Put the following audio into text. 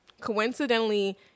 Coincidentally